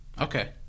okay